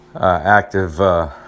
active